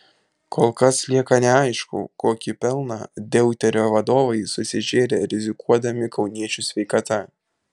kol kas lieka neaišku kokį pelną deuterio vadovai susižėrė rizikuodami kauniečių sveikata